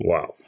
Wow